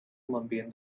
colombian